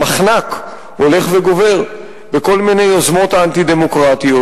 המחנק הולך וגובר בכל מיני יוזמות אנטי-דמוקרטיות,